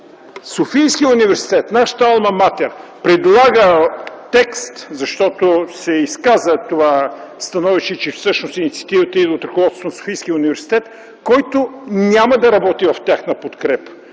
Софийският университет, нашата Алма Матер предлага текст, защото се изказа становището, че всъщност инициативата идва от ръководството на Софийския университет, който няма да работи в тяхна подкрепа.